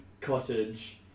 cottage